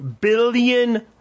billion